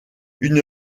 une